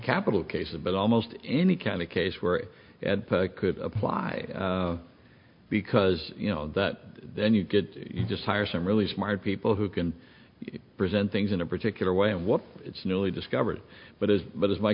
capital cases but almost any kind of case where it could apply because you know that then you get just hire some really smart people who can present things in a particular way and what it's newly discovered but is but as my